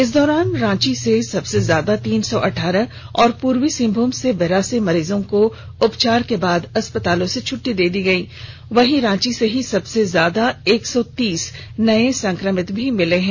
इस दौरान रांची से सबसे ज्यादा तीन सौ अठारह और पूर्वी सिंहभूम से बिरासी मरीजों को उपचार के बाद अस्पतालों से छुट्टी दे दी गई वहीं रांची से ही सबसे ज्यादा एक सौ तीस नए संक्रमित भी मिले हैं